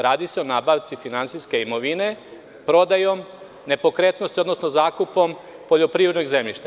Radi se o nabavci finansijske imovine prodajom nepokretnosti, odnosno zakupom poljoprivrednog zemljišta.